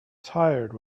tired